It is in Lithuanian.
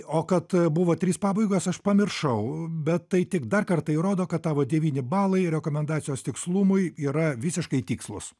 o kad buvo trys pabaigos aš pamiršau bet tai tik dar kartą įrodo kad tavo devyni balai rekomendacijos tikslumui yra visiškai tikslūs